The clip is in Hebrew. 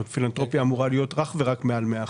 פילנתרופיה אמורה להיות רך ורק מעל 100 אחוז.